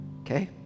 okay